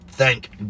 Thank